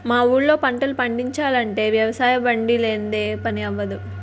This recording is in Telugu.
మా ఊళ్ళో పంటలు పండిచాలంటే వ్యవసాయబండి లేనిదే పని అవ్వదు